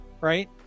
right